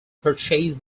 purchased